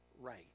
right